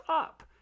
up